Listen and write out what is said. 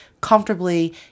comfortably